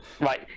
Right